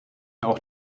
auch